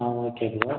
ah okay bro